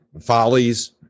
follies